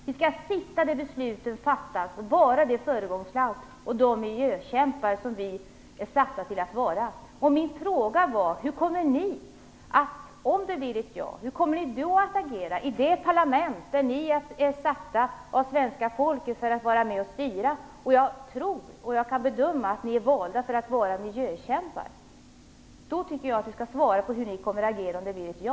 Vi skall sitta med där besluten fattas, och Sverige skall vara det föregångsland och vi vara de miljökämpar som vi är satta till att vara. Hur kommer ni, om det blir ett ja, att agera i det parlament där ni är satta av svenska folket att vara med och styra? Jag tror, och det är min bedömning, att ni är valda för att agera som miljökämpar. Svara på hur ni skall agera om det blir ett ja.